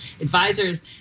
advisors